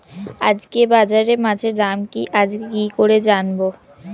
আজকে বাজারে মাছের দাম কি আছে কি করে জানবো?